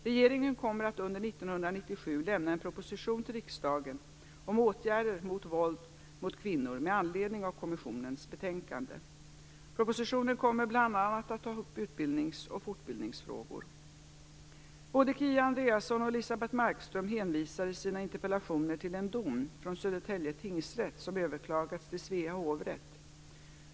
Regeringen kommer att under 1997 lämna en proposition till riksdagen om åtgärder mot våld mot kvinnor med anledning av kommissionens betänkande. Propositionen kommer bl.a. att ta upp utbildnings och fortbildningsfrågor. Både Kia Andreasson och Elisebeht Markström hänvisar i sina interpellationer till en dom från Södertälje tingsrätt som överklagats till Svea hovrätt.